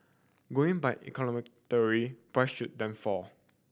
going by economic theory price should then fall